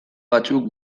batzuk